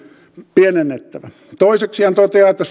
pienennettävä toiseksi hän toteaa että